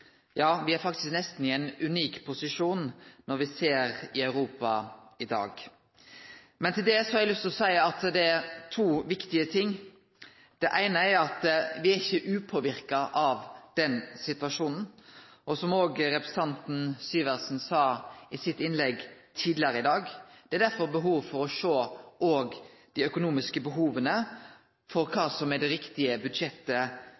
Ja, me er faktisk nesten i ein unik posisjon når me ser Europa i dag. Men til det har eg lyst til å seie to viktige ting. Det eine er at me er ikkje upåverka av den situasjonen, og – som òg representanten Syversen sa i innlegget sitt tidlegare i dag – det er derfor òg behov for å sjå på dei økonomiske behova for kva som er det riktige budsjettet